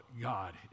God